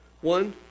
One